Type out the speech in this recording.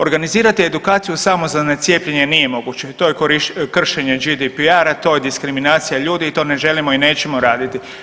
Organizirati edukaciju samo za ne cijepljenje nije moguće i to je kršenje GDPR-a, to je diskriminacija ljudi i to ne želimo i nećemo raditi.